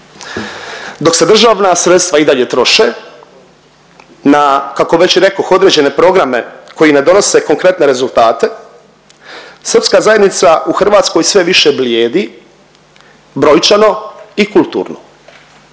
Dok se državna sredstva i dalje troše, na kako već rekoh određene programe koji ne donose konkretne rezultate, srpska zajednica u Hrvatskoj sve više blijedi brojčano i kulturno.